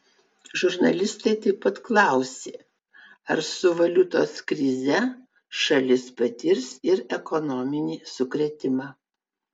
žurnalistas taip pat klausė ar su valiutos krize šalis patirs ir ekonominį sukrėtimą